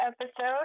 episode